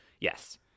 Yes